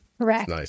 Correct